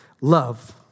love